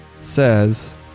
says